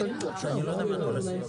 אמרה עכשיו נגה,